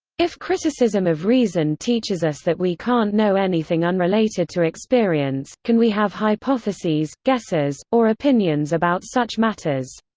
if criticism of reason teaches us that we can't know anything unrelated to experience, can we have hypotheses, guesses, or opinions about such matters?